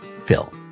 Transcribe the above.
Phil